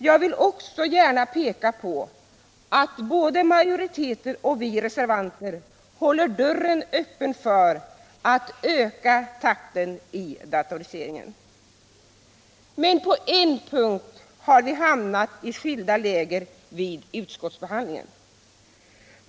Jag vill också gärna peka på att både majoriteten och vi reservanter håller dörren öppen för att öka takten i datoriseringen. Men på en punkt har vi hamnat i skilda läger vid utskottsbehandlingen.